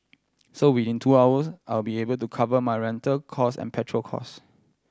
so within two hours I will be able to cover my rental cost and petrol cost